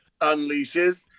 unleashes